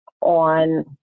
on